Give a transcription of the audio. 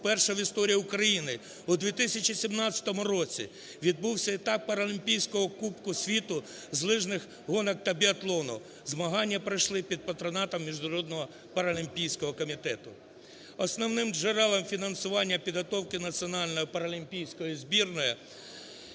вперше в історії України, у 2017 році відбувся етап паралімпійського кубку світу з лижних гонок та біатлону, змагання пройшли під патронатом Міжнародного паралімпійського комітету. Основним джерелом фінансування підготовки національної паралімпійської збірної